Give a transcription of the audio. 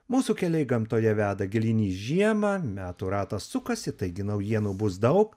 mūsų keliai gamtoje veda gilyn į žiemą metų ratas sukasi taigi naujienų bus daug